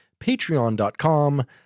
patreon.com